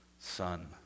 Son